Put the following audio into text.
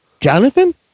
Jonathan